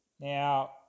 Now